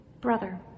brother